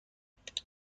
نکنید